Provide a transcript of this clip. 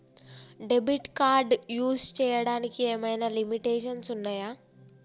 Debit card use చేయడానికి ఏమైనా limitations ఉన్నాయా?